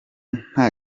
nta